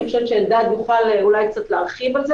אלדד אולי יוכל להרחיב.